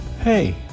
Hey